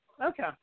Okay